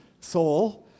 soul